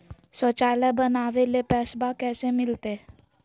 शौचालय बनावे ले पैसबा कैसे मिलते?